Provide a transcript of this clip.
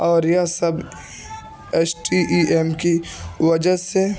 اور یہ سب ایس ٹی ای ایم کی وجہ سے